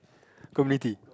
community